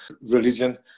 religion